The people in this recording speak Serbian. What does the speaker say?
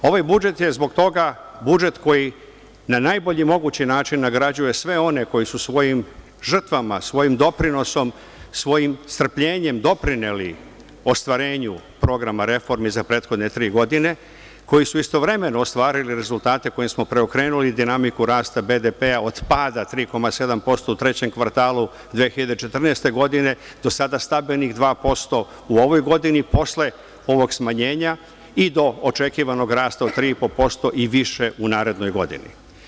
Ovaj budžet je zbog toga budžet koji na najbolji mogući način nagrađuje sve one koji su svojim žrtvama, svojim doprinosom, svojim strpljenjem doprineli ostvarenju programa reformi za prethodne tri godine, koji su istovremeno ostvarili rezultate kojim smo preokrenuli dinamiku rasta BDP od pada 3,7% u trećem kvartalu 2014. godine, do sada stabilnih 2% u ovoj godini, posle ovog smanjenja i do očekivanog rasta od 3,5% i više u narednoj godini.